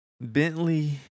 Bentley